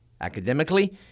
Academically